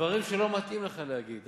דברים שלא מתאים לך להגיד.